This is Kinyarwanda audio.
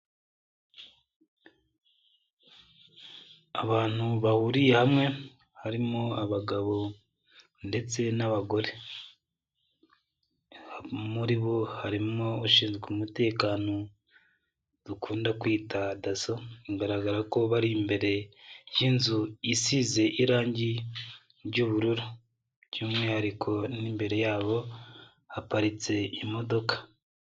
Abantu bahuriye hamwe, harimo abagabo ndetse n'abagore. Muri bo harimo ushinzwe umutekano, dukunda kwita DASO, bigaragara ko bari imbere y'inzu isize irangi ry'ubururu. By'umwihariko n'imbere yabo, haparitse imodoka.